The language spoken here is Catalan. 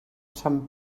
sant